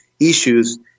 issues